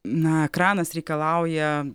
na ekranas reikalauja